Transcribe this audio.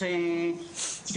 כראש ארגון,